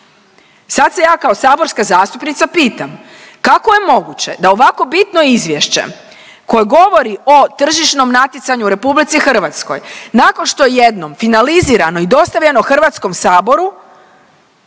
Sad se ja kao saborska zastupnica pitam, kako je moguće da ovako bitno izvješće koje govori o tržišnom natjecanju u RH nakon što je jednom finalizirano i dostavljeno HS-u u